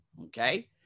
okay